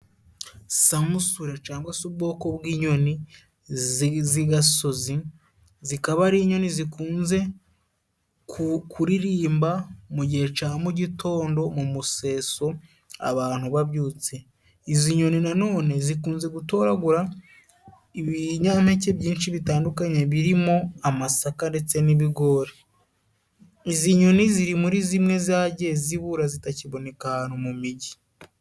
samusure cangwa se ubwoko bw'inyoni zi z'igasozi, zikaba ari inyoni zikunze ku kuririmba mu gihe ca mugitondo mu museso abantu babyutse. Izi nyoni nanone zikunze gutoragura ibinyampeke byinshi bitandukanye birimo: amasaka ndetse n'ibigori. Izi nyoni ziri muri zimwe zagiye zibura zitakiboneka ahantu mu migi.